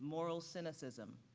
moral cynicism,